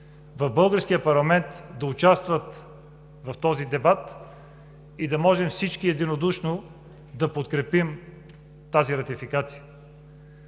в българския парламент да участват в дебата и да можем всички единодушно да подкрепим тази ратификация.